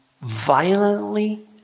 violently